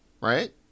right